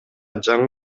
жаңы